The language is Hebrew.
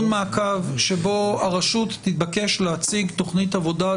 מעקב שבו הרשות תתבקש להציג תכנית עבודה,